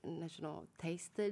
nežinau teisti